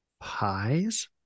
pies